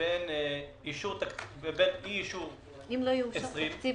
בין אי אישור תקציב 2020 לבין אישור תקציב